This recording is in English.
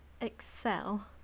excel